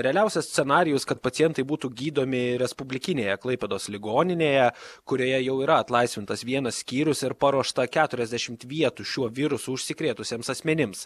realiausias scenarijus kad pacientai būtų gydomi respublikinėje klaipėdos ligoninėje kurioje jau yra atlaisvintas vienas skyrius ir paruošta keturiasdešimt vietų šiuo virusu užsikrėtusiems asmenims